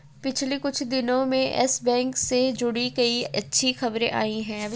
पिछले कुछ दिनो में यस बैंक से जुड़ी कई अच्छी खबरें आई हैं